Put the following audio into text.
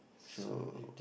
so